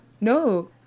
No